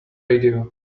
radio